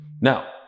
Now